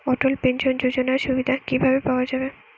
অটল pension যোজনার সুবিধা কি ভাবে পাওয়া যাবে?